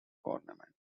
government